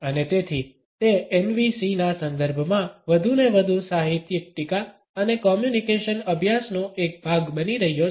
અને તેથી તે એનવીસીના સંદર્ભમાં વધુને વધુ સાહિત્યિક ટીકા અને કોમ્યુનિકેશન અભ્યાસનો એક ભાગ બની રહ્યો છે